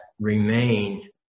remain